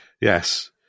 Yes